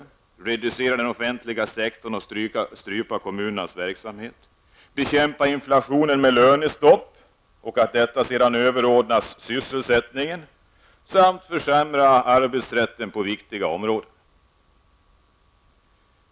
Man vill reducera den offentliga sektorn, strypa kommunernas verksamhet samt bekämpa inflationen med lönestopp. Man vill att detta överordnas sysselsättningen. Man vill försämra arbetsrätten på viktiga områden.